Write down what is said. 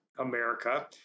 America